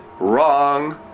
wrong